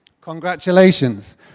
congratulations